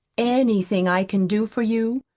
anything i can do for you?